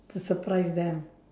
to surprise them